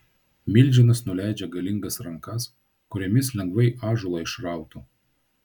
milžinas nuleidžia galingas rankas kuriomis lengvai ąžuolą išrautų